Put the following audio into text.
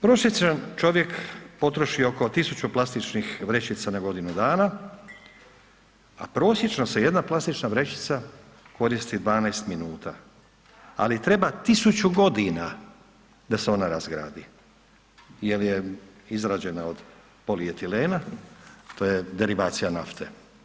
Prosječan čovjek potroši oko 1000 plastičnih vrećica na godinu dana, a prosječno se jedna plastična vrećica koristi 12 minuta, ali treba 1000.g. da se ona razgradi jel je izrađena od polietilena, to je derivacija nafte.